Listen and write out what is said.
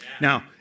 Now